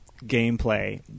gameplay